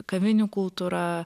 kavinių kultūra